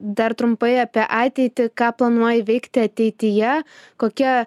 dar trumpai apie ateitį ką planuoji veikti ateityje kokia